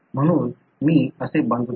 म्हणून मी असे बांधतो